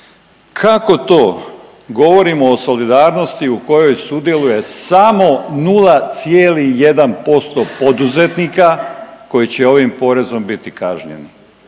kako to govorimo o solidarnosti u kojoj sudjeluje samo 0,1% poduzetnika koji će ovim porezom biti kažnjeni?